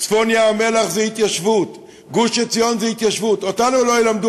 צפון ים-המלח זה התיישבות, גוש-עציון זה התיישבות.